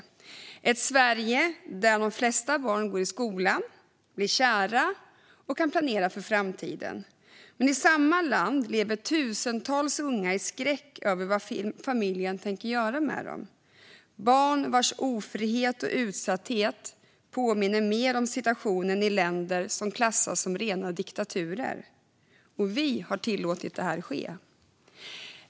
Vi har ett Sverige där de flesta barn går i skolan, blir kära och kan planera för framtiden, men i samma land lever tusentals unga i skräck över vad familjen tänker göra med dem, barn vars ofrihet och utsatthet mer påminner om situationen i länder som klassas som rena diktaturer. Och vi har tillåtit detta att ske.